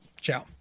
Ciao